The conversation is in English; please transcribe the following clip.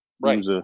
Right